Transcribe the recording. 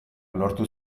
lortu